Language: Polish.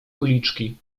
uliczki